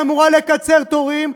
שאמורה לקצר תורים.